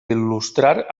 il·lustrar